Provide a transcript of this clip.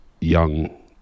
young